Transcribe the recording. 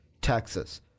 Texas